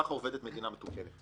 ככה עובדת מדינה מתוקנת.